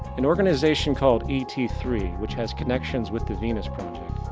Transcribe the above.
an organisation called e t three which has connection with the venus project,